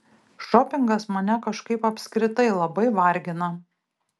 šopingas mane kažkaip apskritai labai vargina